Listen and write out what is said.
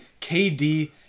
KD